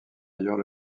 ailleurs